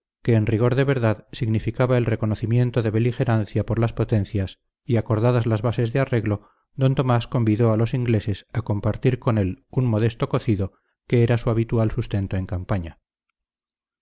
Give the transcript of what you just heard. que en rigor de verdad significaba el reconocimiento de beligerancia por las potencias y acordadas las bases de arreglo d tomás convidó a los ingleses a compartir con él un modesto cocido que era su habitual sustento en campaña